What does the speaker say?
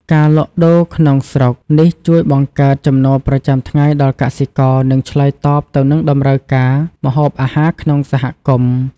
ការលក់ដូរក្នុងស្រុកនេះជួយបង្កើតចំណូលប្រចាំថ្ងៃដល់កសិករ និងឆ្លើយតបទៅនឹងតម្រូវការម្ហូបអាហារក្នុងសហគមន៍។